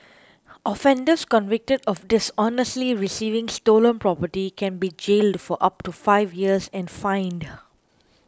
offenders convicted of dishonestly receiving stolen property can be jailed for up to five years and fined